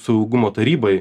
saugumo tarybai